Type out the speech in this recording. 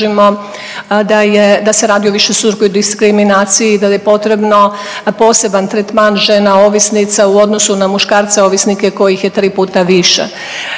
da se radi o višestrukoj diskriminaciji, da je potreban poseban tretman žena ovisnica u odnosu na muškarce ovisnike kojih je tri puta više.